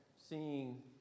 seeing